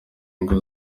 ingo